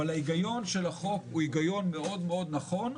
אבל ההיגיון של החוק הוא היגיון מאוד מאוד נכון,